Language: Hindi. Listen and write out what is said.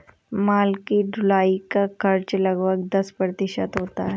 माल की ढुलाई का खर्च लगभग दस प्रतिशत होता है